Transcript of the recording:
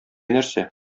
нәрсә